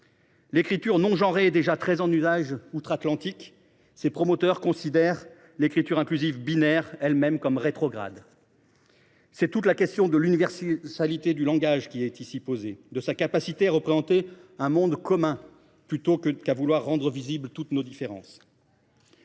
L’écriture non genrée est déjà très employée outre Atlantique, ses promoteurs considérant l’écriture inclusive binaire comme rétrograde ! C’est toute la question de l’universalité du langage qui est ici posée, de sa capacité à représenter un monde commun, plutôt que de vouloir rendre visibles toutes nos différences.